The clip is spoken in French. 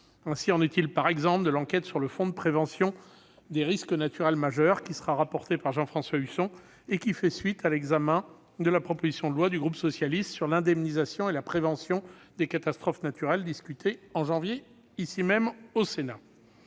ainsi en est-il de l'enquête sur le fonds de prévention des risques naturels majeurs, qui sera rapportée par Jean-François Husson, et qui fait suite à l'examen de la proposition de loi du groupe socialiste sur l'indemnisation et la prévention des catastrophes naturelles, discutée au mois de janvier au Sénat.